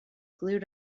glued